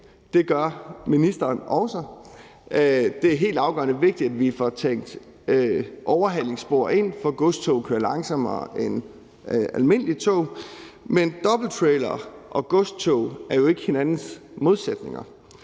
Det gør ministeren også. Det er helt afgørende vigtigt, at vi får tænkt overhalingsspor ind, for godstog kører langsommere end almindelige tog. Men dobbelttrailere og godstog er jo ikke hinandens modsætninger.